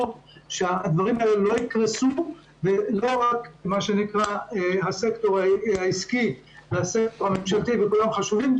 שהדברים האלה לא יקרסו ולא רק הסקטור העסקי והממשלתי חשובים,